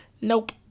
Nope